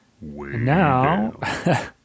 Now